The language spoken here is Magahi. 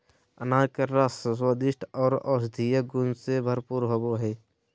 अनार के रस स्वादिष्ट आर औषधीय गुण से भरपूर होवई हई